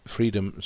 Freedom